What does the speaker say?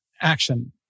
action